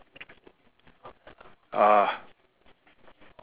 ah